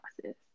process